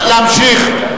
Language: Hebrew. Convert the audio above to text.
להמשיך.